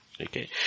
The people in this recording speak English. okay